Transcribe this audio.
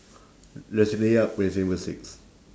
resident yup resident evil six